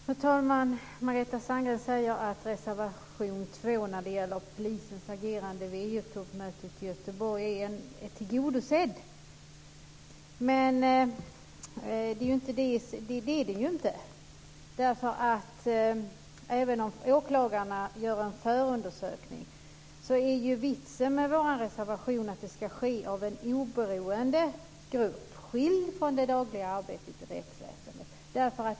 Fru talman! Margareta Sandgren säger att reservation 2 om polisens agerande vid EU-toppmötet i Göteborg är tillgodosedd. Men det är den inte. Även om åklagarna gör en förundersökning ska den, och det är vitsen med vår reservation, genomföras av en oberoende grupp skild från det dagliga arbetet i rättsväsendet.